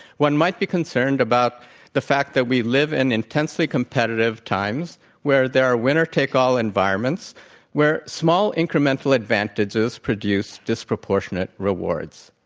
one might be concerned about the fact that we live in intensely competitive times where there are winner take-all environments where small incremental advantages produce disproportionate rewards.